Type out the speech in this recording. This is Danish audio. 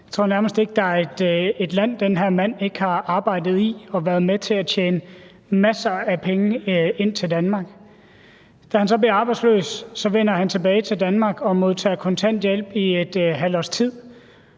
Jeg tror nærmest ikke, at der er et land, hvor den her mand ikke har arbejdet og været med til at tjene masser af penge ind til Danmark. Da han så bliver arbejdsløs, vender han tilbage til Danmark og modtager kontanthjælp i et halvt års tid,